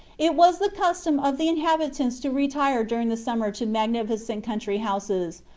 it was the custom of the inhabitants to retire during the summer to magnificent country-houses,